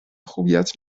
خوبیت